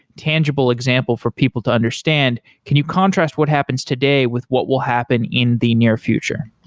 tangible example for people to understand. can you contrast what happens today with what will happen in the near future?